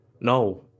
No